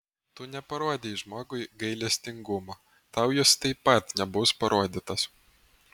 tu neparodei žmogui gailestingumo tau jis taip pat nebus parodytas